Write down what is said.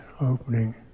opening